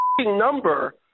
number